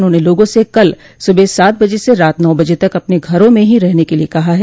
उन्होंने लोगों से कल सुबह सात बजे से रात नौ बजे तक अपने घरों में ही रहने के लिये कहा है